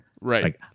right